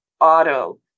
auto